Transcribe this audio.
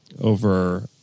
over